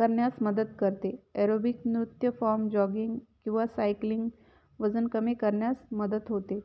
करण्यास मदत करते ॲरोबिक नृत्य फॉर्म जॉगिंग किंवा सायक्लिंग वजन कमी करण्यास मदत होते